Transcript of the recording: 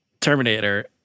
Terminator